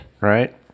Right